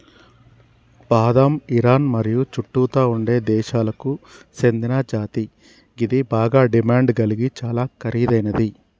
బాదం ఇరాన్ మరియు చుట్టుతా ఉండే దేశాలకు సేందిన జాతి గిది బాగ డిమాండ్ గలిగి చాలా ఖరీదైనది